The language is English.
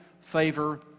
favor